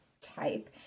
type